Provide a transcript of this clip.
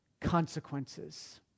consequences